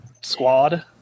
squad